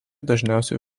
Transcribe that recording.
dažniausiai